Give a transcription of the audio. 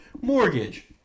Mortgage